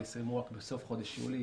יסיימו רק בסוף חודש יולי,